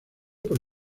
por